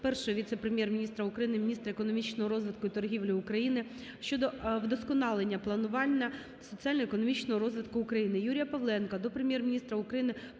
Першого віце-прем'єр-міністра України - міністра економічного розвитку і торгівлі України щодо вдосконалення планування соціально-економічного розвитку України. Юрія Павленка до Прем'єр-міністра України